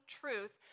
truth